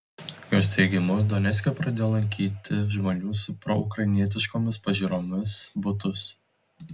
jos teigimu donecke pradėjo lankyti žmonių su proukrainietiškomis pažiūromis butus